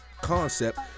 concept